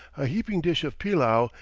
a heaping dish of pillau,